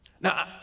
Now